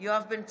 יואב בן צור,